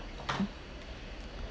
mm